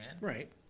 Right